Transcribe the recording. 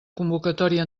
convocatòria